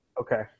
Okay